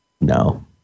No